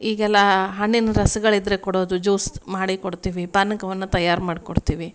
ಈಗೆಲ್ಲ ಹಣ್ಣಿನ ರಸಗಳಿದ್ರೆ ಕೊಡೋದು ಜೂಸ್ ಮಾಡಿ ಕೊಡ್ತೀವಿ ಪಾನಕವನ್ನು ತಯಾರು ಮಾಡ್ಕೊಡ್ತೀವಿ